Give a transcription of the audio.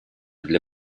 для